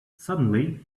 suddenly